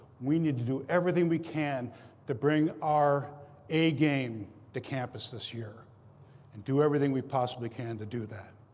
we need to do everything we can to bring our a game to campus this year and do everything we possibly can to do that.